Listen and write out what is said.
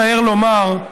מצער לומר,